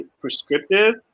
prescriptive